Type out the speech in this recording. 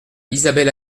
isabelle